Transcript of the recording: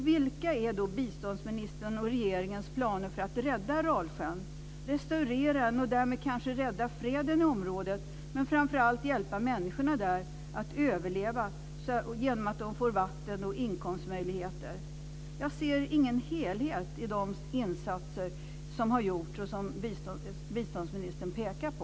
Vilka är biståndsministerns och regeringens planer för att rädda Aralsjön, restaurera den och därmed kanske rädda freden i området, men framför allt hjälpa människorna där att överleva genom att ge dem vatten och inkomstmöjligheter? Jag ser ingen helhet i de insatser som har gjorts och som biståndsministern pekar på.